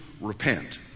repent